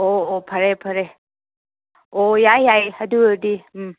ꯑꯣ ꯑꯣ ꯐꯔꯦ ꯐꯔꯦ ꯑꯣ ꯌꯥꯏ ꯌꯥꯏ ꯑꯗꯨ ꯑꯣꯏꯔꯗꯤ ꯎꯝ